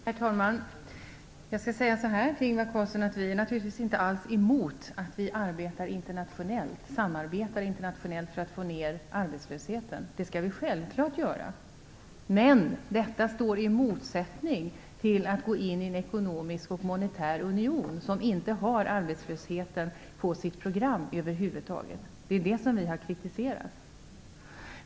Herr talman! Jag skall säga till Ingvar Carlsson att Vänsterpartiet naturligtvis inte alls är emot att vi samarbetar internationellt för att få ned arbetslösheten. Det skall vi självfallet göra. Men detta står i motsättning till att gå in i en ekonomisk och monetär union, som över huvud taget inte har arbetslösheten på sitt program. Det är det som vi har kritiserat.